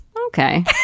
okay